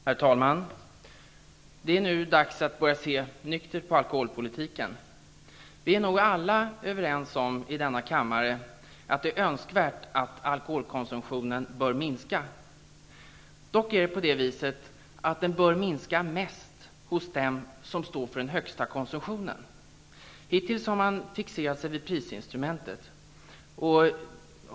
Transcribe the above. Herr talman! Det är dags att börja se nyktert på alkoholpolitiken. Vi är nog alla i denna kammare överens om att att det är önskvärt att alkoholkonsumtionen minskar. Dock är det så att den bör minska mest hos dem som står för den högsta konsumtionen. Hittills har man fixerat sig vid prisinstrumentet.